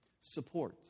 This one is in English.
Support